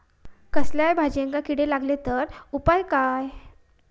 कसल्याय भाजायेंका किडे लागले तर उपाय काय?